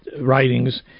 writings